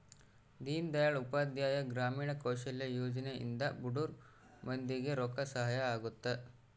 ದೀನ್ ದಯಾಳ್ ಉಪಾಧ್ಯಾಯ ಗ್ರಾಮೀಣ ಕೌಶಲ್ಯ ಯೋಜನೆ ಇಂದ ಬಡುರ್ ಮಂದಿ ಗೆ ರೊಕ್ಕ ಸಹಾಯ ಅಗುತ್ತ